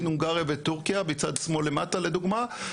הונגריה וטורקיה בצד שמאל למטה לדוגמה,